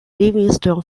livingston